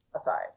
aside